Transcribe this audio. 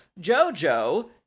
JoJo